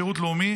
בשירות לאומי